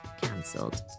cancelled